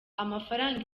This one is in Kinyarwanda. amafaranga